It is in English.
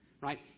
right